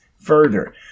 further